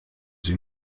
sie